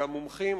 מומחים,